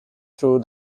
through